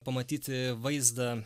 pamatyti vaizdą